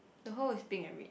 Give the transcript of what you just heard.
the hole is pink and red